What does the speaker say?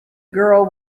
girl